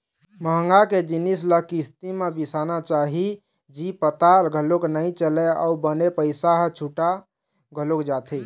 महँगा के जिनिस ल किस्ती म बिसाना चाही जी पता घलोक नइ चलय अउ बने पइसा ह छुटा घलोक जाथे